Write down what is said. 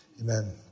Amen